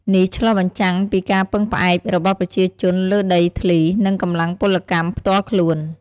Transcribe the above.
នេះឆ្លុះបញ្ចាំងពីការពឹងផ្អែករបស់ប្រជាជនលើដីធ្លី និងកម្លាំងពលកម្មផ្ទាល់ខ្លួន។